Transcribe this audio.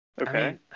Okay